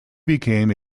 became